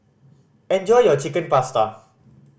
enjoy your Chicken Pasta